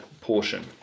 portion